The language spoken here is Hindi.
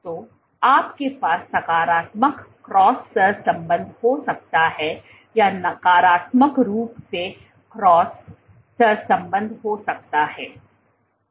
तो आपके पास सकारात्मक क्रॉस सहसंबंध हो सकता है या नकारात्मक रूप से क्रॉस सहसंबंध हो सकता है